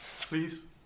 Please